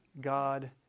God